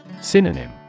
Synonym